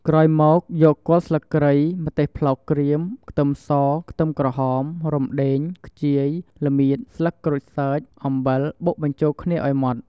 ក្រោយមកយកគល់ស្លឹកគ្រៃ ម្ទេសប្លោកក្រៀម ខ្ទឹមស ខ្ទឹមក្រហម រំដេង ខ្ជាយ ល្មៀត ស្លឹកក្រូចសើច អំបិលបុកបញ្ចូលគ្នាឲ្យម៉ដ្ឋ។